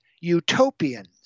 utopians